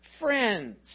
Friends